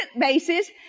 basis